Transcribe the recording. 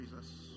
Jesus